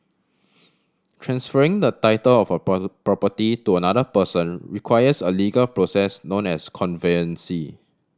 transferring the title of a property to another person requires a legal process known as conveyance